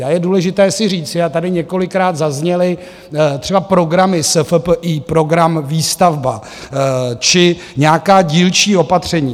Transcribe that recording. A je důležité si říci, a tady několikrát zazněly třeba programy SFPI, Program výstavba či nějaká dílčí opatření.